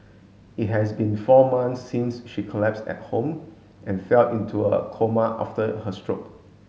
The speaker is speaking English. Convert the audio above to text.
it has been four months since she collapsed at home and fell into a coma after her stroke